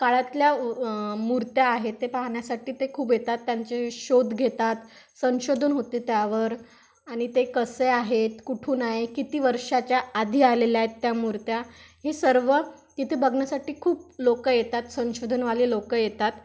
काळातल्या मूर्त्या आहेत ते पाहण्यासाठी ते खूप येतात त्यांचे शोध घेतात संशोधन होते त्यावर आणि ते कसे आहेत कुठून आहे किती वर्षाच्या आधी आलेल्या आहेत त्या मूर्त्या हे सर्व तिथे बघण्यासाठी खूप लोकं येतात संशोधनवाले लोकं येतात